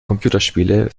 computerspiele